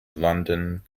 london